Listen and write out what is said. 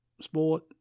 sport